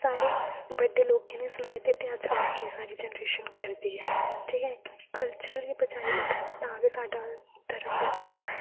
ते बड्डे लोके दे सनाए दे ते अज अग्गे ऐ अग्गे साढ़ी जनरेशन करदी ऐ ठीक ऐ कल्चरल गे बचाई रखग ता गै साढ़ा धर्म बचना